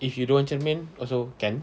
if you don't want cermin also can